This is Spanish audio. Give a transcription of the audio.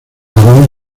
aragón